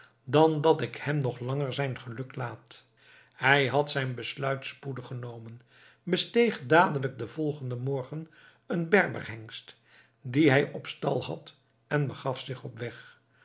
dan dat ik hem nog langer zijn geluk laat hij had zijn besluit spoedig genomen besteeg dadelijk den volgenden morgen een berberhengst dien hij op stal had en begaf zich op weg